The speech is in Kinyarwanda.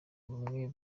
bamwe